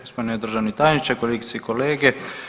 Gospodine državni tajniče, kolegice i kolege.